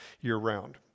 year-round